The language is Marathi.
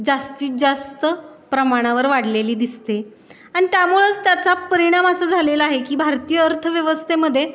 जास्तीत जास्त प्रमाणावर वाढलेली दिसते आणि त्यामुळेच त्याचा परिणाम असं झालेला आहे की भारतीय अर्थव्यवस्थेमध्ये